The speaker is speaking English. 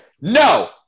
no